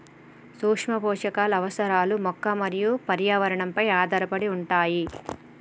సూక్ష్మపోషకాల అవసరాలు మొక్క మరియు పర్యావరణంపై ఆధారపడి ఉంటాయి